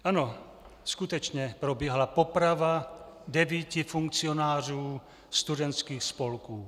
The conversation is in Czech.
Ano, skutečně probíhala poprava devíti funkcionářů studentských spolků.